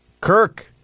kirk